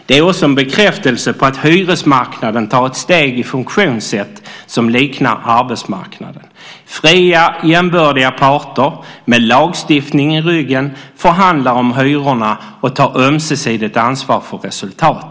Det är också en bekräftelse på att hyresmarknaden tar ett steg i funktionssätt som liknar arbetsmarknaden. Fria och jämbördiga parter med lagstiftning i ryggen förhandlar om hyrorna och tar ömsesidigt ansvar för resultatet.